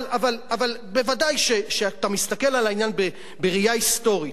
ודאי כשאתה מסתכל על העניין בראייה היסטורית.